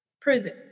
prison